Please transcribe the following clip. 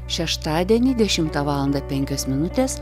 šeštadienį dešimtą valandą penkios minutės